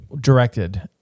directed